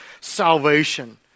salvation